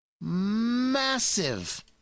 massive